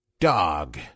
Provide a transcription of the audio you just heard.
Dog